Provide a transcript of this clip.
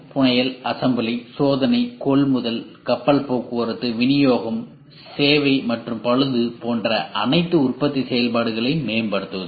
புனையல் assembly சோதனை கொள்முதல் கப்பல் போக்குவரத்து விநியோகம் சேவை மற்றும் பழுது போன்ற அனைத்து உற்பத்தி செயல்பாடுகளையும் மேம்படுத்துவது